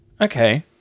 Okay